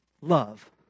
love